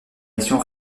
mission